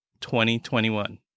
2021